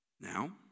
Now